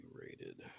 rated